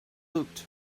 looked